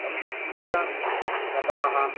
संस्कृतकथाः